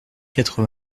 quatre